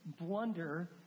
blunder